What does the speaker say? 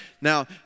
Now